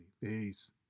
Peace